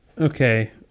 okay